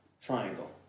triangle